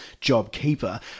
JobKeeper